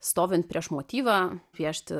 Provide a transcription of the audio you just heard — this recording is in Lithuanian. stovin prieš motyvą piešti